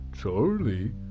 Charlie